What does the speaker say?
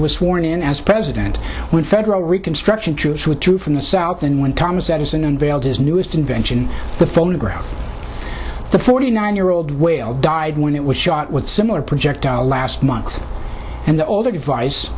was sworn in as president when federal reconstruction troops withdrew from the south and when thomas edison unveiled his newest invention the phonograph the forty nine year old whale died when it was shot with similar project last month and the old